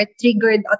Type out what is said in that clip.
triggered